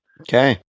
Okay